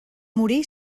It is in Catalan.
morí